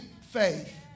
faith